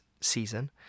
season